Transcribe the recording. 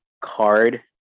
card